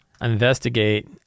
Investigate